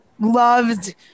loved